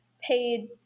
paid